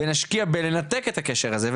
ונשקיע בלנתק את הקשר הזה,